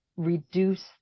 reduce